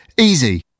Easy